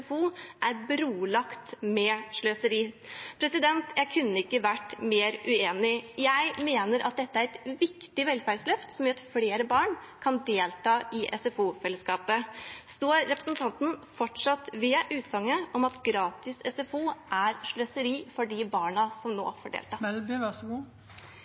brolagt med sløseri». Jeg kunne ikke vært mer uenig. Jeg mener at dette er et viktig velferdsløft som gjør at flere barn kan delta i SFO-fellesskapet. Står representanten fortsatt ved utsagnet om at gratis SFO er sløseri for de barna som nå